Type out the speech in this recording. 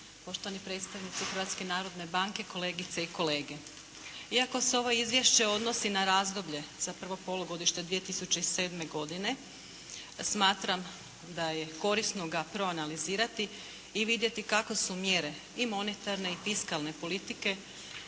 narodne banke, kolegice i kolege. Iako se ovo izvješće odnosi na razdoblje za prvo polugodište 2007. godine smatram da je korisno ga proanalizirati i vidjeti kako su mjere i monetarne i fiskalne politike